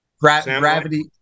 gravity